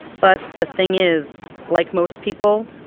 but the thing is, like most people,